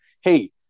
Hey